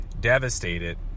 devastated